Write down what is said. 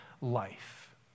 life